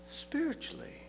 Spiritually